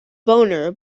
boner